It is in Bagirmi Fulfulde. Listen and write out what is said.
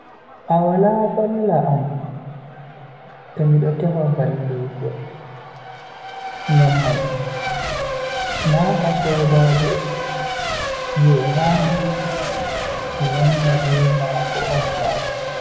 A wala valla am to mido tefa vallinde ngam mai na a sobaajo je handi mi wonda be mako on ba.